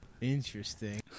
Interesting